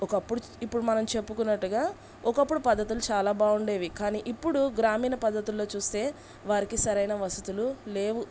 ఒకప్పుడు ఇప్పుడు మనం చెప్పుకున్నట్టుగా ఒకప్పుడు పద్ధతులు చాలా బాగుండేవి కానీ ఇప్పుడు గ్రామీణ పద్ధతుల్లో చూస్తే వారికి సరైన వసతులు లేవు